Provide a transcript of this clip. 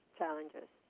challenges